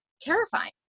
terrifying